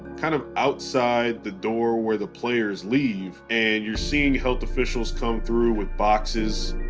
kind of outside the door where the players leave, and you're seeing health officials come through with boxes.